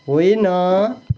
होइन